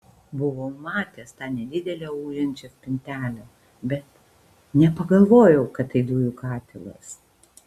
buvau matęs tą nedidelę ūžiančią spintelę bet nepagalvojau kad tai dujų katilas